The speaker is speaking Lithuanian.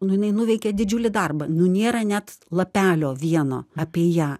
nu jinai nuveikė didžiulį darbą nu nėra net lapelio vieno apie ją